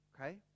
Okay